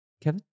Kevin